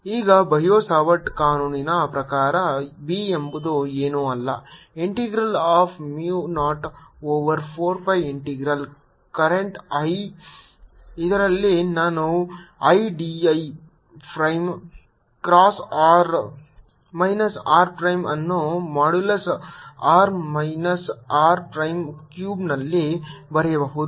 ಈಗ Biot Savart ಕಾನೂನಿನ ಪ್ರಕಾರ B ಎಂಬುದು ಏನೂ ಅಲ್ಲ integral of mu 0 over 4 pi integral current I ಇದ್ದಲ್ಲಿ ನಾನು I dl prime cross r minus r prime ಅನ್ನು modulus r minus r prime ಕ್ಯೂಬ್ನಲ್ಲಿ ಬರೆಯಬಹುದು